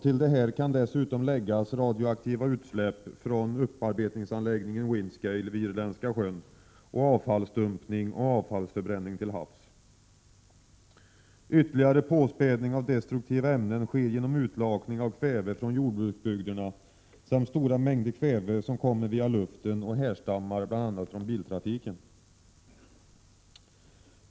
Till detta kan dessutom läggas radioaktiva utsläpp från upparbetningsanläggningen Windscale vid Irländska sjön och avfallsdumpning och avfallsförbränning till havs. Ytterligare påspädning av destruktiva ämnen sker genom utlakning av kväve från jordbruksbygderna samt genom stora mängder kväve som kommer via luften och orsakas av bl.a. biltrafiken.